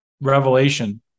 Revelation